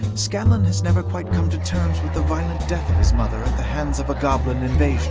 scanlan has never quite come to terms with the violent death of his mother at the hands of a goblin invasion